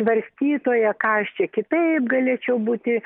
barstytoja ką aš čia kitaip galėčiau būti